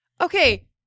Okay